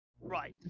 Right